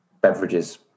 beverages